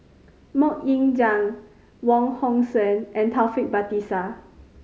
Mok Ying Jang Wong Hong Suen and Taufik Batisah